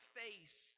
face